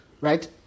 right